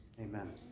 Amen